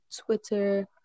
Twitter